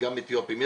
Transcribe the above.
גם אתיופים,